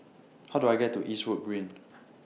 How Do I get to Eastwood Green